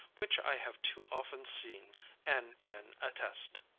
which i have too often seen and can attest.